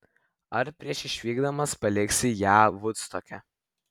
ar prieš išvykdamas paliksi ją vudstoke